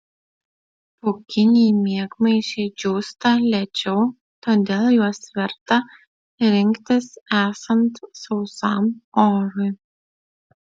pūkiniai miegmaišiai džiūsta lėčiau todėl juos verta rinktis esant sausam orui